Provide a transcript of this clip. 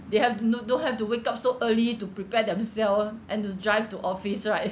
they have to no don't have to wake up so early to prepare themselves and to drive to office right